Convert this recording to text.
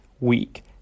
week